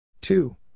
Two